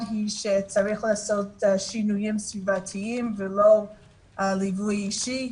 היא שצריך לעשות שינויים סביבתיים ולא ליווי אישי,